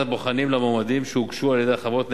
הבוחנים למועמדים שהוגשו על-ידי החברות,